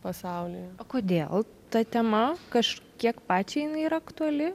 pasaulyje kodėl ta tema kiek pačiaijinai yra aktuali